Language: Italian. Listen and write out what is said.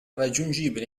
raggiungibile